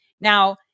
Now